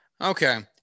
Okay